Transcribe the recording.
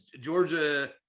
Georgia